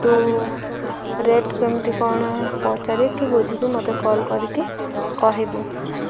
ତୁ ରେଟ୍ କେମିତି କ'ଣ ପଚାରିକି ବୁଝିକି ମୋତେ କଲ୍ କରିକି କହିବୁ